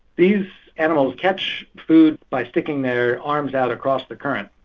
these animals catch food by sticking their arms out across the current.